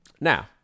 Now